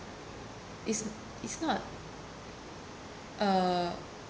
is is not uh